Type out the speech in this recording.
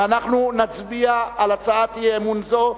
ואנחנו נצביע על הצעת אי-אמון זו,